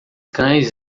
cães